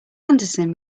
anderson